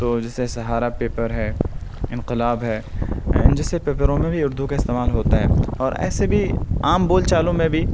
تو جیسے سہارا پیپر ہے انقلاب ہے ان جیسے پیپروں میں بھی اردو کا استعمال ہوتا ہے اور ایسے بھی عام بول چالوں میں بھی